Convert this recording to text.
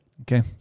Okay